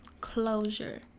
closure